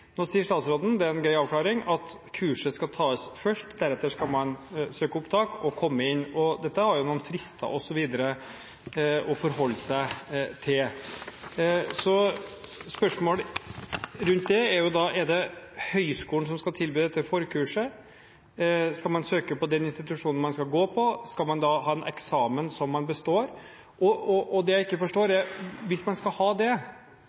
Nå sier statsråden – det er en grei avklaring – at kurset skal tas først, deretter skal man søke opptak og komme inn. Man har jo noen frister osv. å forholde seg til. Spørsmål rundt dette er: Er det høyskolen som skal tilby dette forkurset? Skal man søke på den institusjonen man skal gå på? Skal man ha en eksamen som man består? Hvis man skal ha det,